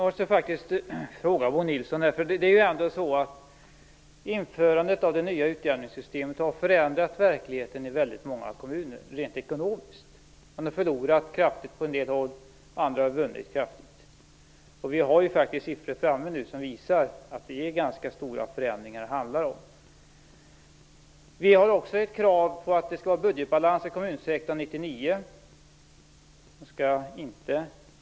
Fru talman! Jag vill ställa en fråga till Bo Nilsson. Införandet av det nya utjämningssystemet har rent ekonomiskt förändrat verkligheten i väldigt många kommuner. Man har på en del håll förlorat kraftigt, andra har vunnit kraftigt. Vi har nu faktiskt siffror som visar att det handlar om ganska stora förändringar. Vi har också ett krav på budgetbalans i kommunsektorn 1999.